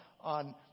on